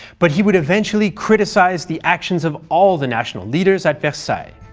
but he would eventually criticise the actions of all the national leaders at versailles.